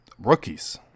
rookies